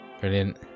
Brilliant